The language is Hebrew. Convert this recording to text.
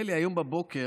נדמה לי שהיום בבוקר,